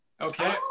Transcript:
Okay